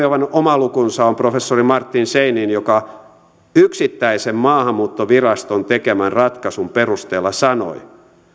aivan oma lukunsa on professori martin scheinin joka yksittäisen maahanmuuttoviraston tekemän ratkaisun perusteella sanoi